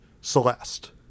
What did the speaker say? Celeste